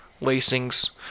lacings